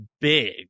big